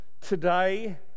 Today